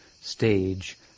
stage